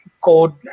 code